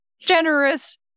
generous